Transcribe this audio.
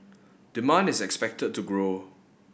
demand is expected to grow